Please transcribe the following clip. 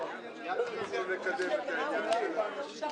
בעבודה ותמשיך גם הלאה להיות השר.